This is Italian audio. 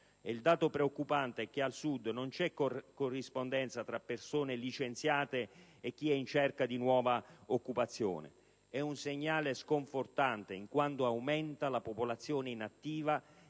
il dato preoccupante è che al Sud non c'è corrispondenza tra persone licenziate e chi è in cerca di nuova occupazione. È un segnale sconfortante, in quanto aumenta la popolazione inattiva